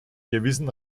gewissen